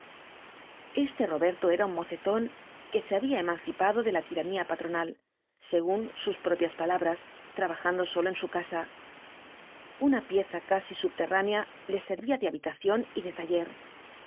este roberto era un mocetón que se había emancipado de la tiranía patronal según sus propias palabras trabajando solo en su casa una pieza casi subterránea le servía de habitación y de taller